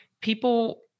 people